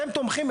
אתם תומכים,